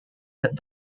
that